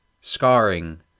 scarring